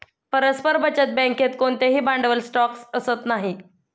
परस्पर बचत बँकेत कोणतेही भांडवल स्टॉक असत नाही